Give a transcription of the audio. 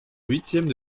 huitièmes